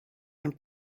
and